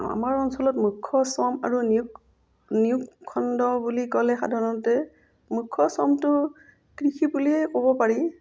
আমাৰ অঞ্চলত মুখ্য শ্ৰম আৰু নিয়োগ নিয়োগ খণ্ড বুলি ক'লে সাধাৰণতে মুখ্য শ্ৰমটো কৃষি বুলিয়েই ক'ব পাৰি